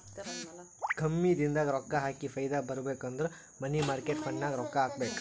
ಕಮ್ಮಿ ದಿನದಾಗ ರೊಕ್ಕಾ ಹಾಕಿ ಫೈದಾ ಬರ್ಬೇಕು ಅಂದುರ್ ಮನಿ ಮಾರ್ಕೇಟ್ ಫಂಡ್ನಾಗ್ ರೊಕ್ಕಾ ಹಾಕಬೇಕ್